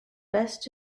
best